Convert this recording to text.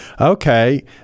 okay